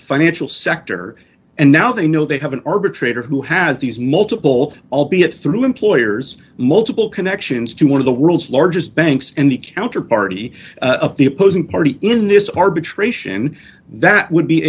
financial sector and now they know they have an arbitrator who has these multiple albeit through employers multiple connections to one of the world's largest banks and the counterparty of the opposing party in this arbitration that would be